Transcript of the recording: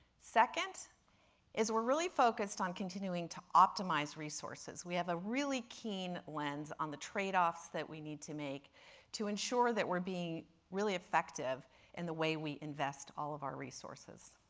second is we're really focused on continuing to optimize resources. we have a really keen lens on the tradeoffs that we need to make to ensure that we're being really effective in the way we invest all of our resources.